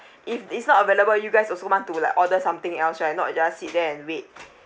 if is not available you guys also want to like order something else right not just sit there and wait